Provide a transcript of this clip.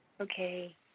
okay